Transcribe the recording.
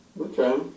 Okay